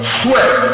sweat